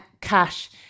cash